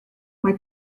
mae